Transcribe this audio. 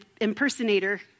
impersonator